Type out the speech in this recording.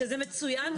שזה מצוין,